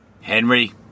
Henry